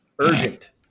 urgent